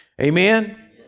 Amen